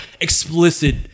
explicit